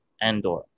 Andor